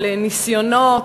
של ניסיונות.